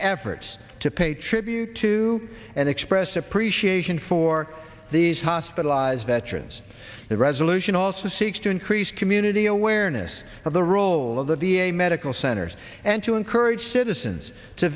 efforts to pay tribute to and express appreciation for these hospitalized veterans the resolution also seeks to increase community awareness of the role of the v a medical centers and to encourage citizens to